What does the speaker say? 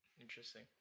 interesting